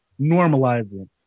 normalizing